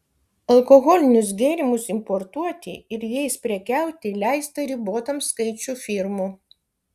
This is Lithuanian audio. alkoholinius gėrimus importuoti ir jais prekiauti leista ribotam skaičiui firmų